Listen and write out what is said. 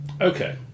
Okay